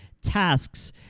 tasks